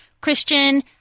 Christian